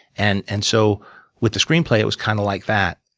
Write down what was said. and and so with the screen play, it was kind of like that.